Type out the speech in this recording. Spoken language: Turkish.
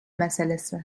meselesi